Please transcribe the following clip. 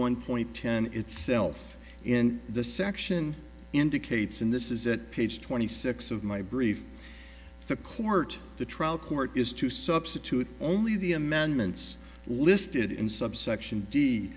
one point ten itself in the section indicates in this is that page twenty six of my brief to court the trial court is to substitute only the amendments listed in subsection